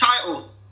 title